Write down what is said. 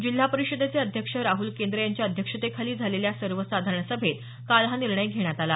जिल्हा परिषदेचे अध्यक्ष राहुल केंद्रे यांच्या अध्यक्षतेखाली झालेल्या सर्वसाधारण सभेत काल हा निर्णय घेण्यात आला